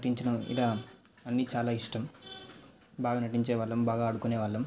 నటించడం ఇలా అన్నీ చాలా ఇష్టం బాగా నటించేవాళ్ళము బాగా ఆడుకునేవాళ్ళము